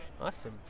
awesome